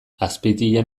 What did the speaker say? azpeitian